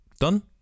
Done